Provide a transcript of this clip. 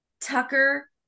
Tucker